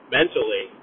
mentally